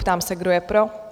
Ptám se, kdo je pro?